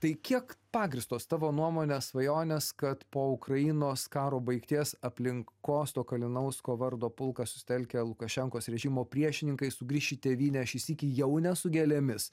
tai kiek pagrįstos tavo nuomone svajonės kad po ukrainos karo baigties aplink kosto kalinausko vardo pulką susitelkę lukašenkos režimo priešininkai sugrįš į tėvynę šį sykį jau ne su gėlėmis